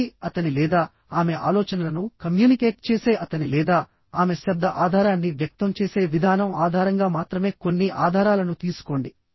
వ్యక్తి అతని లేదా ఆమె ఆలోచనలను కమ్యూనికేట్ చేసే అతని లేదా ఆమె శబ్ద ఆధారాన్ని వ్యక్తం చేసే విధానం ఆధారంగా మాత్రమే కొన్ని ఆధారాలను తీసుకోండి